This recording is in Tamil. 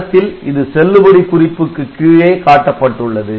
படத்தில் இது செல்லுபடி குறிப்புக்கு கீழே காட்டப்பட்டுள்ளது